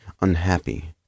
unhappy